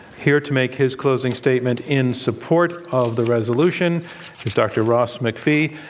here to make his closing statement in support of the resolution is dr. ross macphee,